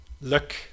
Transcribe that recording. look